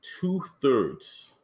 two-thirds